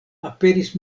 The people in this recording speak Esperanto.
aperis